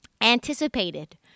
anticipated